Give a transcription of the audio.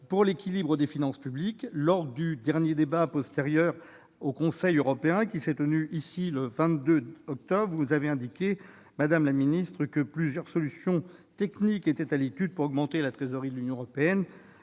pour l'équilibre des finances publiques. Lors du dernier débat postérieur au Conseil européen, qui s'est tenu le 22 octobre au Sénat, vous avez indiqué que plusieurs solutions techniques étaient à l'étude pour augmenter la trésorerie de l'Union européenne.